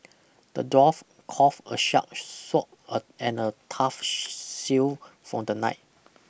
the dwarf crafted a shark sword and a tough shield for the knight